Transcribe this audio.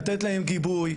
לתת להם גיבוי.